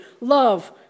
love